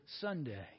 Sunday